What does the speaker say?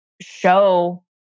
show